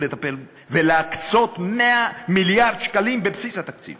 לטפל ולהקצות מיליארד שקלים בבסיס התקציב